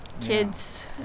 kids